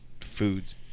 foods